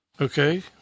Okay